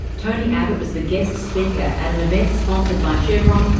tony abbott was the guest speaker at an event sponsored by chevron,